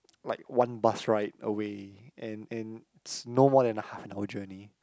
like one bus ride away and and it's no more than a half hour journey